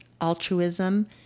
altruism